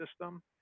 system